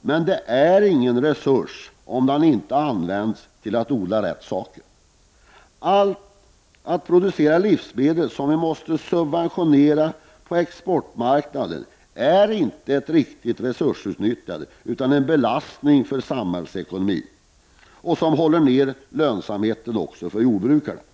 Men marken är inte en resurs om den inte används för den rätta odlingen. Att producera livsmedel som måste subventioneras på exportmarknaden är att inte utnyttja resurserna. I stället blir det en belastning för samhällsekonomin. Dessutom hålls lönsamheten för jordbrukarna nere.